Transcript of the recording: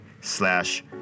slash